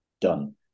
done